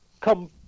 come